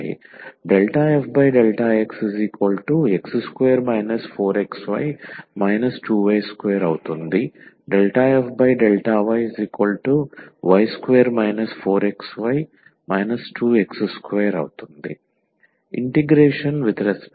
∂f∂xx2 4xy 2y2 ∂f∂yy2 4xy 2x2 integration w